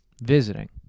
visiting